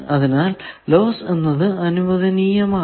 അതിനാൽ ലോസ് എന്നത് അനുവദനീയമാണ്